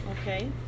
Okay